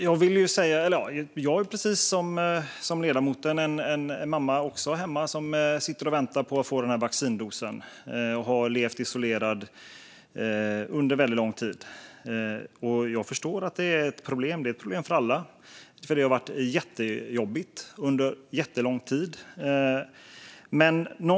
Jag har precis som ledamoten en mamma som har levt isolerad under väldigt lång tid och sitter hemma och väntar på att få den här vaccindosen. Jag förstår att det är ett problem. Det är ett problem för alla, för det har varit jättejobbigt under jättelång tid.